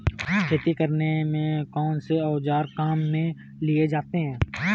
खेती करने में कौनसे औज़ार काम में लिए जाते हैं?